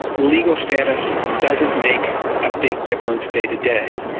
legal status doesn't make a big difference day-to-day.